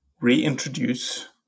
reintroduce